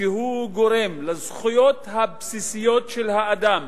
שהוא גורם לזכויות הבסיסיות של האדם